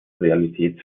realität